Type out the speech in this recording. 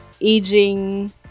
aging